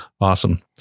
Awesome